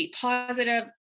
positive